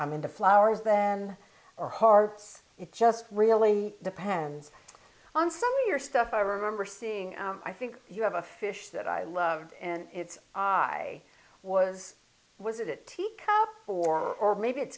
i'm into flowers than our hearts it just really depends on some of your stuff i remember seeing i think you have a fish that i love and it's i was was it it for or maybe it